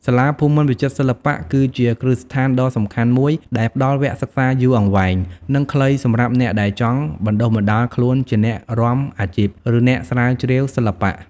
សាលាភូមិន្ទវិចិត្រសិល្បៈ គឺជាគ្រឹះស្ថានដ៏សំខាន់មួយដែលផ្ដល់វគ្គសិក្សាយូរអង្វែង និងខ្លីសម្រាប់អ្នកដែលចង់បណ្ដុះបណ្ដាលខ្លួនជាអ្នករាំអាជីព ឬអ្នកស្រាវជ្រាវសិល្បៈ។